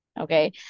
okay